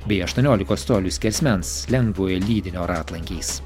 bei aštuoniolikos colių skersmens lengvojo lydinio ratlankiais